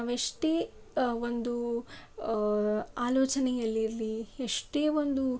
ನಾವೆಷ್ಟೇ ಒಂದು ಆಲೋಚನೆಯಲ್ಲಿ ಇರಲಿ ಎಷ್ಟೇ ಒಂದು